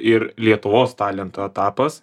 ir lietuvos talentų etapas